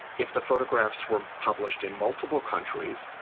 if the photographs were published in multiple countries,